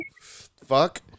fuck